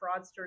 fraudsters